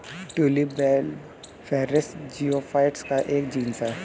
tulip bulbiferous geophytes का एक genus है